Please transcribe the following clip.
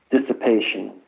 dissipation